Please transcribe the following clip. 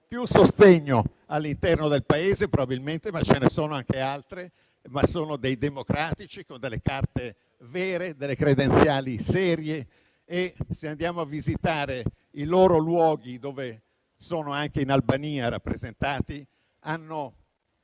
più sostegno all'interno del Paese probabilmente, ma ce ne sono anche altre; sono democratici con carte vere, credenziali serie. Se andiamo a visitare i loro luoghi - anche in Albania sono rappresentati -